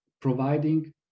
providing